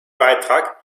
beitrag